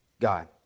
God